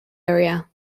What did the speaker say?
area